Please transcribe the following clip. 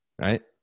right